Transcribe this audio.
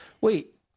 wait